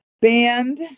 band